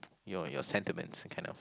your your sentiments kind of